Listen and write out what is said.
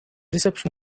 reception